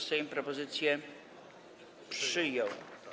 Sejm propozycję przyjął.